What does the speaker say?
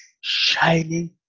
shining